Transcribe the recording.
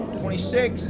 twenty-six